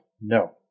No